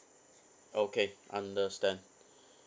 okay understand